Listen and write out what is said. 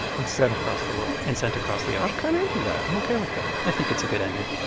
and sent across the world. and sent across the ocean i'm kind of into that. i'm ok with that i think it's a good ending